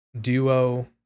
duo